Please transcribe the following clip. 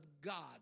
God